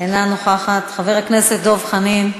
אינה נוכחת, חבר הכנסת דב חנין,